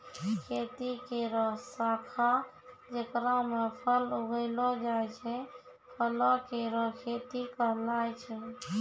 खेती केरो शाखा जेकरा म फल उगैलो जाय छै, फलो केरो खेती कहलाय छै